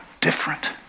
different